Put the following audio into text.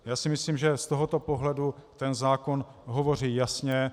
Já si myslím, že z tohoto pohledu ten zákon hovoří jasně.